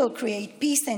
אך עמים יוצרים שלום,